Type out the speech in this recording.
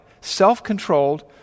self-controlled